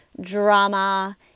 drama